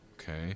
Okay